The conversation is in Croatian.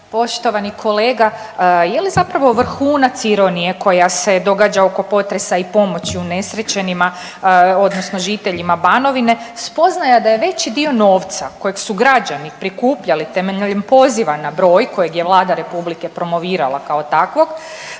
Poštovani kolega, je li zapravo vrhunac ironije koja se događa oko potresa i pomoći unesrećenima odnosno žiteljima Banovine, spoznaja da je veći dio novca kojeg su građani prikupljali temeljem poziva na broj kojeg je Vlada Republike promovirala kao takvog